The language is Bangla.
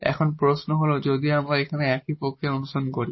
এখন প্রশ্ন হল যদি আমরা এখানে একই প্রক্রিয়া অনুসরণ করি